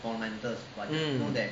mm